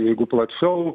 jeigu plačiau